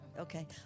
Okay